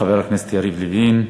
תודה, חבר הכנסת יריב לוין.